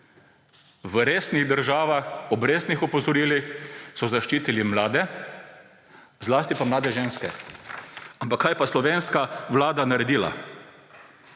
V resnih državah ob resnih opozorilih so zaščitili mlade, zlasti pa mlade ženske. Ampak kaj je pa slovenska vlada naredila?